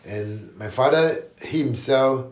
and my father himself